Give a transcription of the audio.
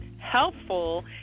helpful